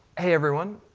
hey everyone,